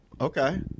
Okay